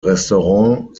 restaurant